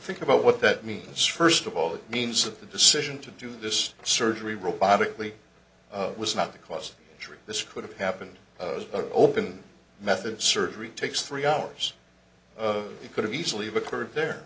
think about what that means first of all it means that the decision to do this surgery robotically was not because this could have happened open method surgery takes three hours of it could have easily have occurred there